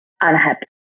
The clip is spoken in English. unhappy